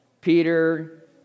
Peter